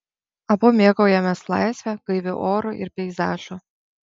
abu mėgaujamės laisve gaiviu oru ir peizažu